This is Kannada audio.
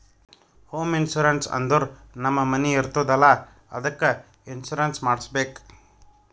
ಹೋಂ ಇನ್ಸೂರೆನ್ಸ್ ಅಂದುರ್ ನಮ್ ಮನಿ ಇರ್ತುದ್ ಅಲ್ಲಾ ಅದ್ದುಕ್ ಇನ್ಸೂರೆನ್ಸ್ ಮಾಡುಸ್ಬೇಕ್